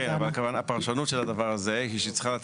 כן אבל הפרשנות של הדבר הזה היא שהיא צריכה לתת